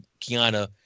Kiana